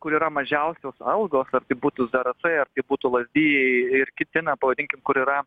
kur yra mažiausios algos ar tai būtų zarasai ar būtų lazdijai ir kiti na pavadinkim kur yra